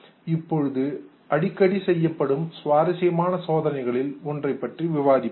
இப்பொழுது அடிக்கடி செய்யப்படும் சுவாரசியமான சோதனைகளில் ஒன்றைப் பற்றி விவாதிப்போம்